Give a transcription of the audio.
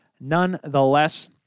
nonetheless